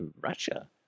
Russia